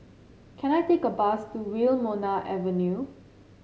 can I take a bus to Wilmonar Avenue